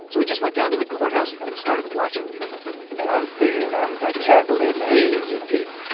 so he just went down to the courthouse and started watching people and i'm figuring, i'm calculating the age of people.